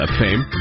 fame